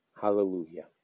hallelujah